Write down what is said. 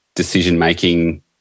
decision-making